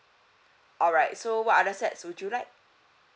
alright so what other sets would you like